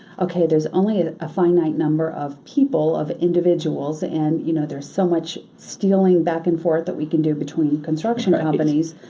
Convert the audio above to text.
okay, there's only a finite number of people, of individuals and you know there's so much stealing back and forth that we can do between construction companies.